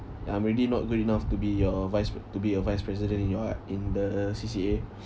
I'm already not good enough to be your vice p~ to be a vice president in your a~ in the C_C_A